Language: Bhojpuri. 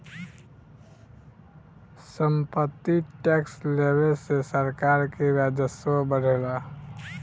सम्पत्ति टैक्स लेवे से सरकार के राजस्व बढ़ेला